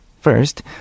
First